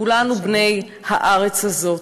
כולנו בני הארץ הזאת.